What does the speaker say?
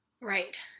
Right